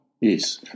Yes